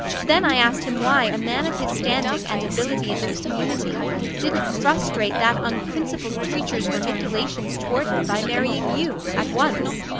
then i asked him why a man of his standing and ability in this community didn't frustrate that unprincipled creature's vermiculations toward him, by marrying you, at once.